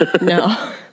no